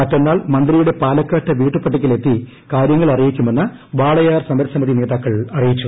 മറ്റന്നാൾ മന്ത്രിയുടെ പാലക്കാട്ടെ വീട്ടുപടിക്കൽ എത്തി കാര്യങ്ങൾ അറിയിക്കുമെന്ന് വാളയാർ സമര സമിതി നേതാക്കൾ അറിയിച്ചു